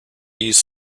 east